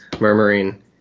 murmuring